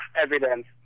evidence